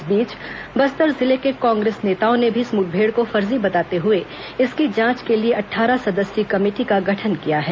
इस बीच बस्तर जिले के कांग्रेस नेताओं ने भी इस मुठभेड़ को फर्जी बताते हुए इसकी जांच के लिए अट्ठारह सदस्यीय कमेटी का गठन किया है